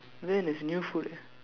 that is a new food ah